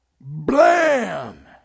Blam